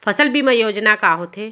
फसल बीमा योजना का होथे?